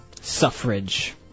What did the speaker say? suffrage